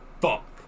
fuck